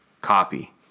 copy